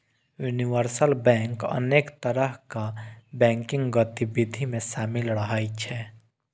universal bank अनेक तरहक banking गतिविधि मे शामिल रहै छै